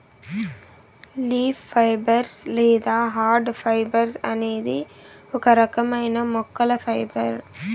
leaf fibres లేదా hard fibres అనేది ఒక రకమైన మొక్కల ఫైబర్